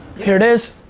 here it is.